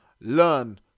learn